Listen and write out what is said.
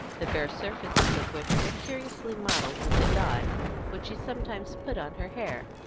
the bare surfaces of which were curiously mottled with the dye which she sometimes put on her hair.